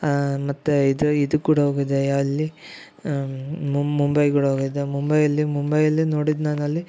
ಮತ್ತು ಇದು ಇದು ಕೂಡ ಹೋಗಿದ್ದೆ ಎಲ್ಲಿ ಮುಂಬೈ ಕೂಡ ಹೋಗಿದ್ದೆ ಮುಂಬೈಯಲ್ಲಿ ಮುಂಬೈಯಲ್ಲಿ ನೋಡಿದ್ದು ನಾನು ಅಲ್ಲಿ